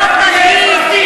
הוא פיזר פרחים?